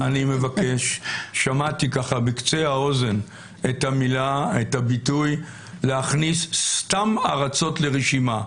שמעתי בקצה האוזן את הביטוי להכניס סתם ארצות לרשימה.